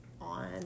on